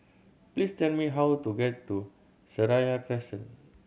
please tell me how to get to Seraya Crescent